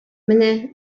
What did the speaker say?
менә